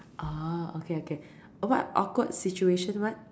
orh okay okay what awkward situation what